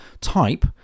type